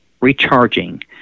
recharging